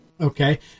Okay